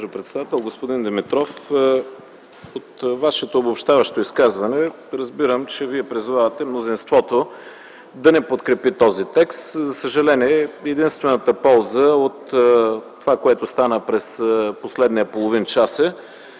господин Димитров! От Вашето обобщаващо изказване разбирам, че Вие призовавате мнозинството да не подкрепи този текст. За съжаление, единствената полза от това, което стана през последния половин час,